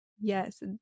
yes